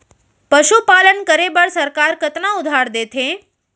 पशुपालन करे बर सरकार कतना उधार देथे?